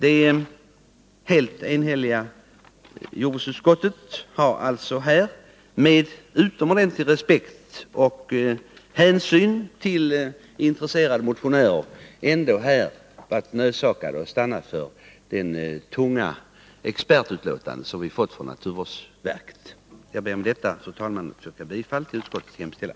Ett enhälligt jordbruksutskott har således med utomordentlig respekt för och hänsyn till intresserade motionärer varit nödsakad att följa det tunga expertutlåtandet från naturvårdsverket. Med detta, fru talman, yrkar jag bifall till utskottets hemställan.